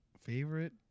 Favorite